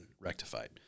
rectified